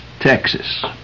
Texas